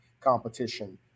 competition